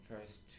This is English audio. first